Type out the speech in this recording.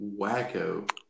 wacko